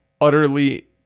utterly